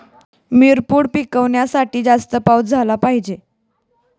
मिरपूड पिकवण्यासाठी जास्त पाऊस झाला पाहिजे